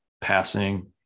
passing